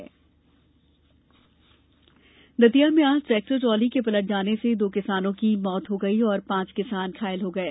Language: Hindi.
सड़क हादसा दतिया में आज ट्रेक्टर ट्रॉली के पलट जाने से दो किसानों की मौत हो गई और पांच किसान घायल हए हैं